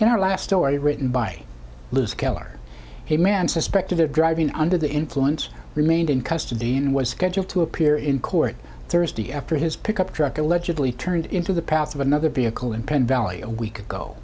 in our last story written by loose keller a man suspected of driving under the influence remained in custody and was scheduled to appear in court thursday after his pickup truck allegedly turned into the path of another vehicle in penn valley a week ago